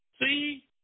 See